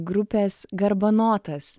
grupės garbanotas